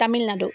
Tamil Nadu